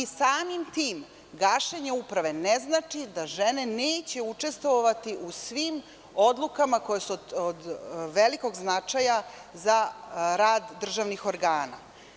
Samim tim, gašenje Uprave ne znači da žene neće učestvovati u svim odlukama koje su od velikog značaja za rad državnih organa.